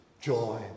joy